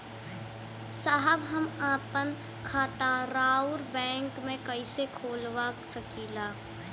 साहब हम आपन खाता राउर बैंक में कैसे खोलवा सकीला?